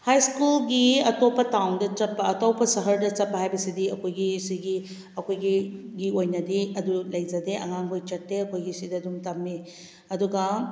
ꯍꯥꯏ ꯁ꯭ꯀꯨꯜꯒꯤ ꯑꯇꯣꯞꯄ ꯇꯥꯎꯟꯗ ꯆꯠꯄ ꯑꯇꯣꯞꯄ ꯁꯍꯔꯗ ꯆꯠꯄ ꯍꯥꯏꯕꯁꯤꯗꯤ ꯑꯩꯈꯣꯏꯒꯤ ꯁꯤꯒꯤ ꯑꯩꯈꯣꯏꯒꯤ ꯒꯤ ꯑꯣꯏꯅꯗꯤ ꯑꯗꯨ ꯂꯩꯖꯗꯦ ꯑꯉꯥꯡꯈꯣꯏ ꯆꯠꯇꯦ ꯑꯩꯈꯣꯏꯒꯤ ꯁꯤꯗ ꯑꯗꯨꯝ ꯇꯝꯃꯤ ꯑꯗꯨꯒ